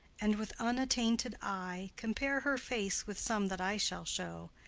and with unattainted eye compare her face with some that i shall show,